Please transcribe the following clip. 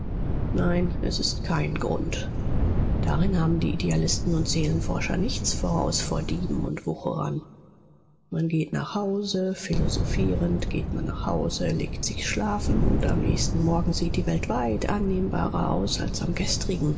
nein es ist kein grund darin haben die idealisten und seelenforscher nichts voraus vor dieben und wucherern man geht nach hause philosophierend geht man nach hause legt sich schlafen und am nächsten morgen sieht die welt weit annehmbarer aus als am gestrigen